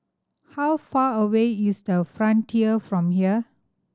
how far away is The Frontier from here